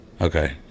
Okay